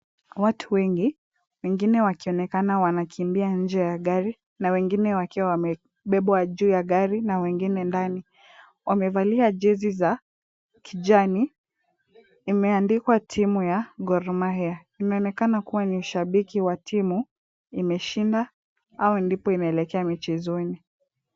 Watu wengi, wengine wakionekana wanakimbia nje ya gari na wengine wakiwa wamebebwa juu ya gari na wengine ndani. Wamevalia jezi za kijani. Zimeandikwa timu ya Gor mahia. Inaonekana kuwa ni shabiki wa timu imeshinda au ndipo inaelekea michezoni.